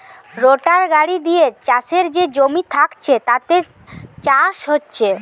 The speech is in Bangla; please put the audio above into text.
রোটাটার গাড়ি দিয়ে চাষের যে জমি থাকছে তাতে চাষ হচ্ছে